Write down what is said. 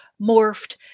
morphed